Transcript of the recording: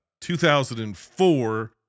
2004